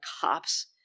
cops